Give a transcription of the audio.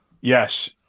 yes